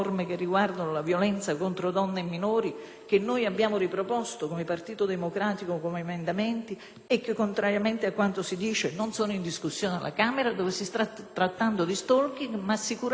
e che, contrariamente a quanto si dice, non sono in discussione alla Camera ? Lì si sta trattando la materia dello *stalking* ma, sicuramente, non di tutela delle vittime per quanto riguarda maltrattamenti in famiglia e l'incidente probatorio protetto.